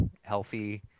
healthy